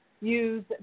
use